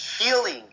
healing